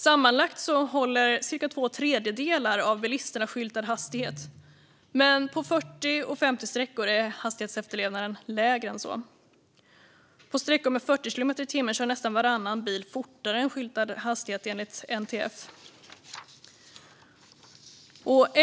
Sammanlagt håller cirka två tredjedelar av bilisterna skyltad hastighet, men på 40 och 50-sträckor är hastighetsefterlevnaden lägre än så. På sträckor med 40 kilometer i timmen kör nästan varannan bil fortare än skyltad hastighet, enligt NTF.